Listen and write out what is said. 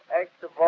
active